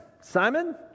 Simon